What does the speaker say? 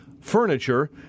furniture